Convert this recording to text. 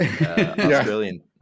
Australian